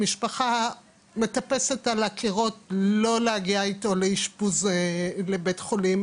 המשפחה מטפסת על הקירות לא להגיע איתו לאשפוז בבית חולים,